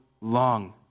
long